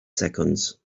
seconds